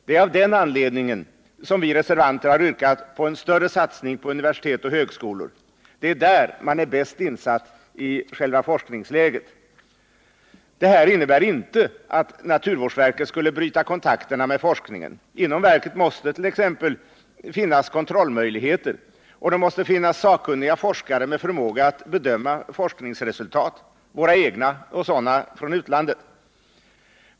Det är av den anledningen som vi reservanter har yrkat på en större satsning på universitet och högskolor, det är där man är bäst insatt i forskningsläget. Det här innebär inte, att naturvårdsverket skulle bryta kontakterna med forskningen. Inom verket måste det t.ex. finnas kontrollmöjligheter, och det måste finnas sakkunniga forskare med förmåga att bedöma forskningsresultat, våra egna och sådana från utlandet.